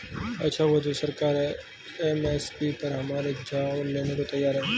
अच्छा हुआ जो सरकार एम.एस.पी पर हमारे चावल लेने को तैयार है